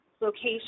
location